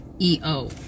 EO